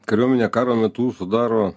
kariuomenė karo metu sudaro